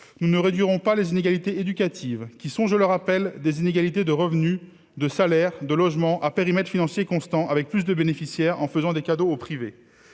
nous ne réduirons pas les inégalités éducatives, qui sont, je le rappelle, les inégalités de revenu, de salaire et de logement, à périmètre financier constant, avec plus de bénéficiaires et en faisant des cadeaux à